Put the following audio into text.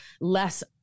less